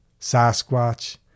Sasquatch